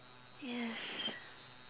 yes